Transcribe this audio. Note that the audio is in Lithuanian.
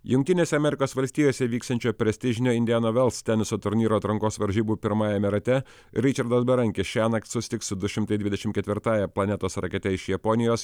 jungtinėse amerikos valstijose vyksiančio prestižinio indiana vels teniso turnyro atrankos varžybų pirmajame rate ričardas berankis šiąnakt susitiks su du šimtai dvidešimt ketvirtąja planetos rakete iš japonijos